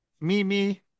Mimi